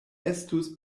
estus